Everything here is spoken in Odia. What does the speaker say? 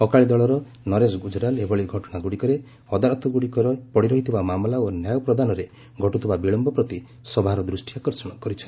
ଅକାଳୀ ଦଳର ନରେଶ ଗୁଜରାଲ୍ ଏଭଳି ଘଟଣାଗୁଡ଼ିକରେ ଅଦାଲତରେ ପଡ଼ିରହିଥିବା ମାମଲା ଓ ନ୍ୟାୟ ପ୍ରଦାନରେ ଘଟୁଥିବା ବିଳମ୍ବ ପ୍ରତି ସଭାର ଦୃଷ୍ଟି ଆକର୍ଷଣ କରିଛନ୍ତି